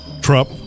Trump